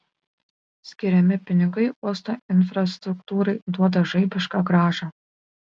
skiriami pinigai uosto infrastruktūrai duoda žaibišką grąžą